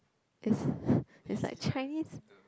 is is like Chinese